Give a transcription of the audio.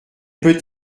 peut